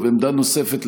תודה רבה.